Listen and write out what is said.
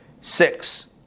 six